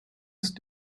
ist